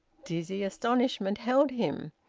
dizzy astonishment held him,